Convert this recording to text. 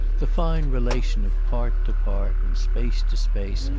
the fine relation of part to part and space to space,